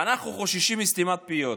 ואנחנו חוששים מסתימת פיות.